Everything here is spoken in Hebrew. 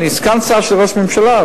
אני סגן שר של ראש הממשלה,